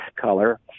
color